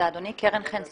אני קרן חן סופר,